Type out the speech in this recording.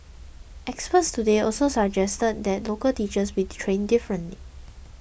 experts today also suggested that local teachers be trained differently